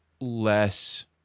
less